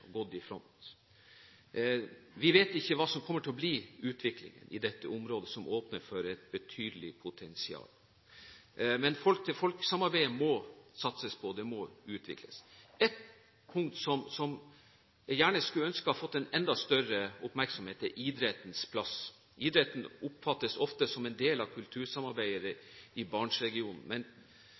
fylkene gått i bresjen og i front. Vi vet ikke hva som kommer til å bli utviklingen i dette området, som har et betydelig potensial. Men folk-til-folk-samarbeidet må satses på, det må utvikles. Ett punkt som jeg gjerne skulle ønske hadde fått enda større oppmerksomhet, er idrettens plass. Idretten oppfattes ofte som en del av kultursamarbeidet i Barentsregionen, men